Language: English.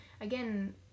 again